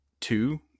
two